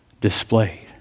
displayed